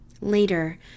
Later